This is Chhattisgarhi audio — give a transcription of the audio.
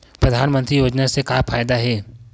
परधानमंतरी योजना से का फ़ायदा हे?